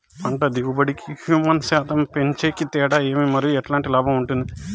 పంట దిగుబడి కి, హ్యూమస్ శాతం పెంచేకి తేడా ఏమి? మరియు ఎట్లాంటి లాభం ఉంటుంది?